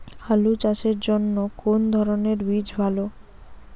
আলু চাষের জন্য কোন ধরণের বীজ ভালো?